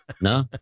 No